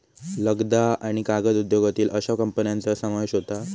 लगदा आणि कागद उद्योगातील अश्या कंपन्यांचा समावेश होता